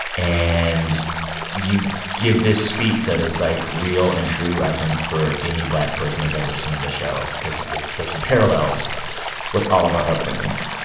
and you give this speech that is, like, real and true, i think, for any black person that's ever seen the show cause it's there's some parallels with all of our upbringings